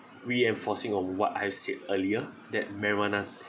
reenforcing on what I've said earlier that marijuana